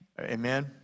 Amen